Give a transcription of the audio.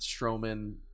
Strowman